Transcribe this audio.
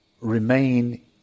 remain